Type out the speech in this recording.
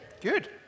Good